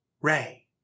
Ray